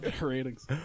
ratings